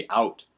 out